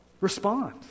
respond